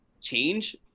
change